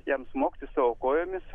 jam smogti savo kojomis